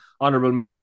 honorable